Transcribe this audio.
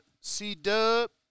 C-Dub